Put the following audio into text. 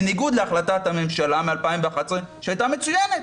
בניגוד להחלטת הממשלה מ-2011 שהייתה מצוינת,